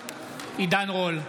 עידן רול,